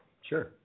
Sure